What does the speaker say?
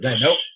Nope